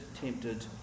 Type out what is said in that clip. tempted